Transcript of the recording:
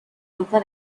grupo